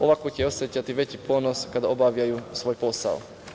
Ovako će osećati veći ponos kada obavljaju svoj posao.